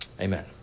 Amen